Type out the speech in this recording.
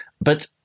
But-